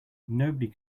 nobody